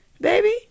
baby